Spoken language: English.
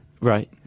Right